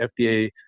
FDA